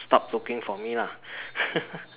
stopped looking for me lah